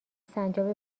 سنجابه